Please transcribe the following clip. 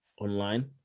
online